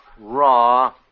raw